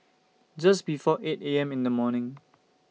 Just before eight A M in The morning